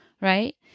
right